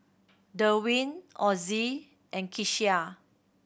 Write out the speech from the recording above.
Derwin Ozie and Kecia